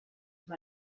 amb